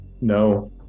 no